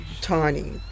tiny